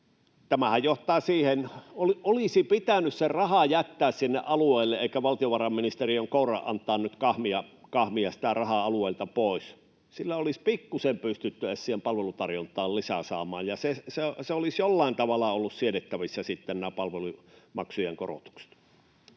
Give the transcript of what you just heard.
Tämähän johtaa siihen... Olisi pitänyt se raha jättää sinne alueelle eikä valtiovarainministeriön kouran antaa nyt kahmia sitä rahaa alueilta pois. Sillä olisi edes pikkusen pystytty siihen palvelutarjontaan lisää saamaan ja olisivat jollain tavalla olleet siedettävissä sitten nämä palvelumaksujen korotukset.